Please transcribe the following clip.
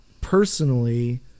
personally